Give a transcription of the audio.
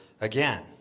again